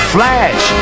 Flash